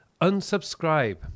Unsubscribe